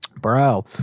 Bro